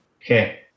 Okay